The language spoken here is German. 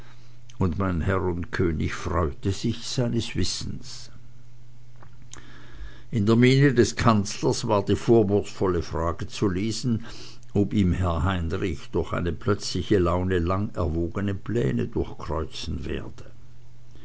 und mein herr und könig freute sich seines wissens in der miene des kanzlers war die vorwurfsvolle frage zu lesen ob ihm herr heinrich durch eine plötzliche laune lang erwogene pläne durchkreuzen werde